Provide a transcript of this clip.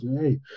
hey